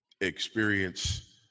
experience